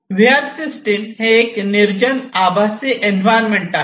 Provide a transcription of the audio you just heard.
V R system हे एक निर्जन आभासी एन्व्हायरमेंट आहे